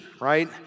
right